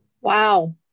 Wow